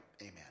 amen